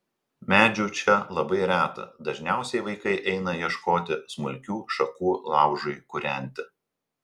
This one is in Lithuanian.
medžių čia labai reta dažniausiai vaikai eina ieškoti smulkių šakų laužui kūrenti